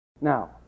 Now